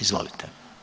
Izvolite.